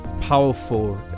powerful